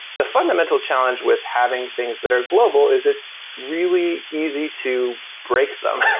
the fundamental challenge with having things that are global is it's really easy to break them.